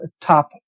top